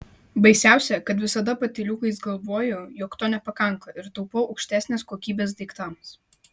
baisiausia kad visada patyliukais galvoju jog to nepakanka ir taupau aukštesnės kokybės daiktams